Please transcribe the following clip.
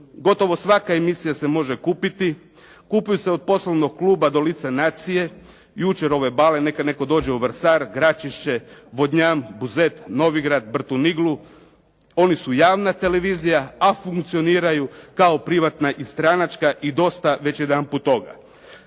gotovo svaka emisija se može kupiti, kupuju se od poslovnog kluba do lica nacije. Jučer ove ../Govornik se ne razumije./… neka netko dođe u Vrsar, Čračišće, Vodnjan, Buzet, Novigrad, Brtiniglu, oni su javna televizija, a funkcioniraju kao privatna i stranačka i dosta već jedanput toga.